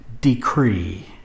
decree